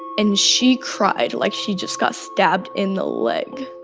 and she cried like she just got stabbed in the leg.